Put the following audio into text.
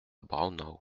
braunau